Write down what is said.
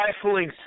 stifling